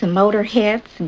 motorheads